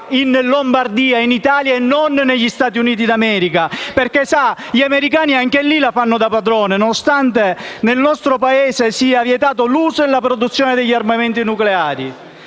in Lombardia, in Italia, e non negli Stati Uniti d'America? Come lei sa, gli americani anche lì la fanno da padroni, nonostante nel nostro Paese siano vietati l'uso e la produzione degli armamenti nucleari.